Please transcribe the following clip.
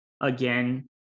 again